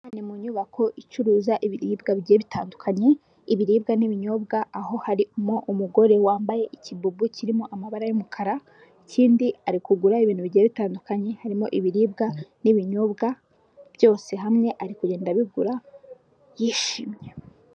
Aha ni mu nyubako icuruza ibiribwa bye bitandukanye, ibiribwa n'ibinyobwa; aho harimo umugore wambaye igikomo ku kuboko kirimo amabara y'umukara ikindi ari kugura ibintu bigiye bitandukanye, harimo ibiribwa n'ibinyobwa byose hamwe, ari kugenda abigura yishimye.